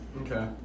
Okay